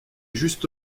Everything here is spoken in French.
juste